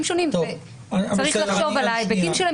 שונים וצריך לחשוב על ההיבטים שלהם,